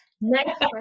Next